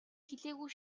хэлээгүй